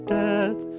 death